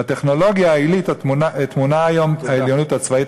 בטכנולוגיה העילית טמונה היום העליונות הצבאית,